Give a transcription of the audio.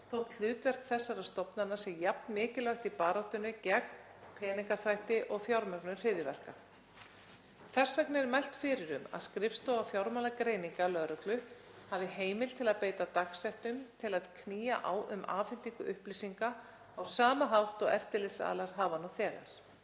þótt hlutverk þessara stofnana sé jafnmikilvægt í baráttunni gegn peningaþvætti og fjármögnun hryðjuverka. Þess vegna er mælt fyrir um að skrifstofa fjármálagreininga lögreglu hafi heimild til að beita dagsektum til að knýja á um afhendingu upplýsinga á sama hátt og eftirlitsaðilar hafa nú þegar.